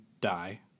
die